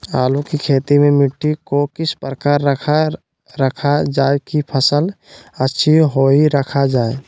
आलू की खेती में मिट्टी को किस प्रकार रखा रखा जाए की फसल अच्छी होई रखा जाए?